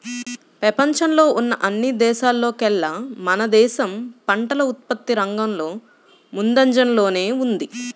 పెపంచంలో ఉన్న అన్ని దేశాల్లోకేల్లా మన దేశం పంటల ఉత్పత్తి రంగంలో ముందంజలోనే ఉంది